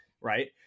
right